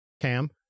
Cam